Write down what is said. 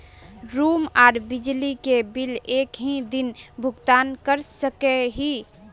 Room आर बिजली के बिल एक हि दिन भुगतान कर सके है?